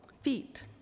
feet